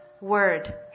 word